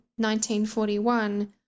1941